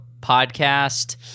podcast